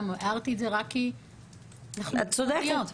הערתי את זה רק כי אנחנו מקצועניות,